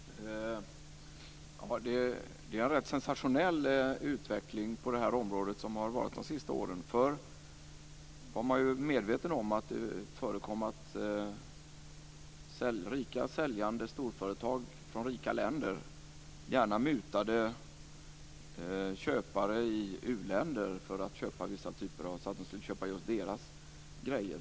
Fru talman! Det har varit en ganska sensationell utveckling på det här området de senaste åren. Förr var man medveten om att det förekom att rika säljande storföretag från rika länder gärna mutade köpare i u-länder för att de skulle köpa just deras grejer.